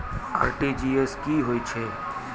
RTGS की होय छै?